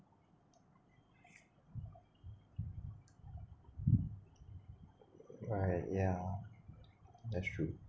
right yeah that's true